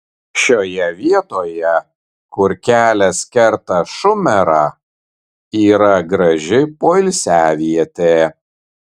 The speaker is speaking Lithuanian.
šioje vietoje kur kelias kerta šumerą yra graži poilsiavietė